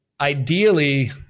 ideally